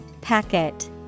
Packet